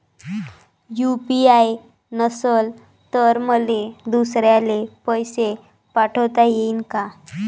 UPI नसल तर मले दुसऱ्याले पैसे पाठोता येईन का?